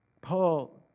Paul